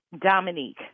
Dominique